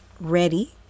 ready